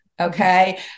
Okay